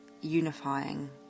unifying